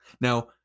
Now